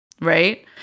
right